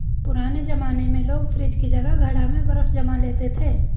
पुराने जमाने में लोग फ्रिज की जगह घड़ा में बर्फ जमा लेते थे